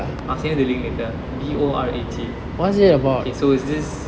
I'll send you the link later B O R A T okay so is this